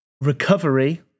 Recovery